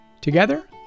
Together